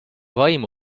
vaimu